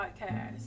podcast